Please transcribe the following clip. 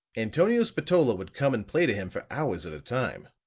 antonio spatola would come and play to him for hours at a time.